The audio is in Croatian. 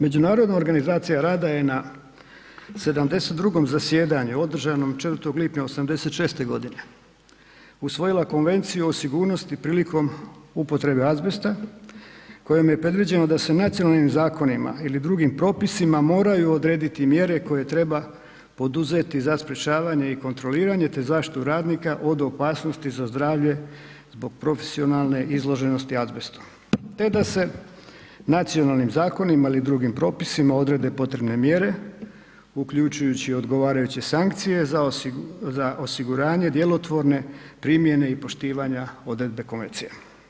Međunarodna organizacija rada je na 72. zasjedanju održanom 4. lipnja 86. g. usvojila Konvenciju o sigurnosti prilikom upotrebe azbesta kojom je predviđeno da se nacionalnim zakonima ili drugim propisima moraju odrediti mjere koje treba poduzeti za sprečavanje i kontroliranje te zaštitu radnika od opasnosti za zdravlje zbog profesionalne izloženosti azbestu te da se nacionalnim zakonima ili drugim propisima odrede potrebne mjere uključujući odgovarajuće sankcije za osiguranje djelotvorne primjene i poštivanja odredbe konvencije.